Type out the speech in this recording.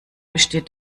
besteht